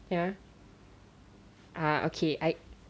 ya ah okay I